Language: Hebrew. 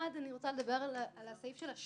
אחד, אני רוצה לדבר על סעיף השלילה.